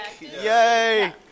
Yay